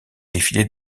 défilés